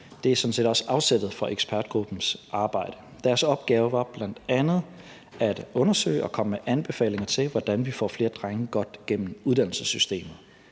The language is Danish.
Det er sådan set også afsættet for ekspertgruppens arbejde. Deres opgave var bl.a. at undersøge og kommer med anbefalinger til, hvordan vi får flere drenge godt gennem uddannelsessystemet.